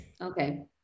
Okay